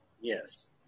Yes